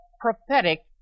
prophetic